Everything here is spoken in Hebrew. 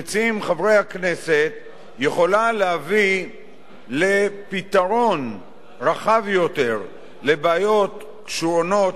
להביא לפתרון רחב יותר לבעיות שונות שקשורות היום במכשולים,